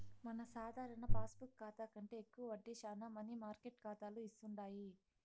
మన సాధారణ పాస్బుక్ కాతా కంటే ఎక్కువ వడ్డీ శానా మనీ మార్కెట్ కాతాలు ఇస్తుండాయి